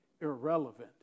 irrelevant